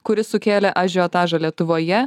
kuris sukėlė ažiotažą lietuvoje